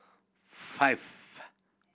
five